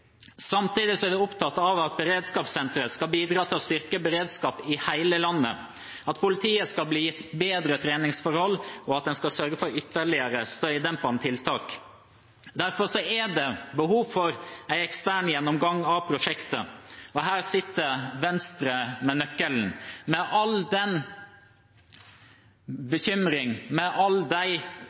Samtidig er vi opptatt av at beredskapssenteret skal bidra til å styrke beredskapen i hele landet, at politiet skal bli gitt bedre treningsforhold, og at en skal sørge for ytterligere støydempende tiltak. Derfor er det behov for en ekstern gjennomgang av prosjektet, og her sitter Venstre med nøkkelen. Med all den bekymring og med alle de